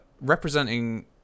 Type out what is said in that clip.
representing